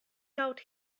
taught